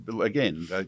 again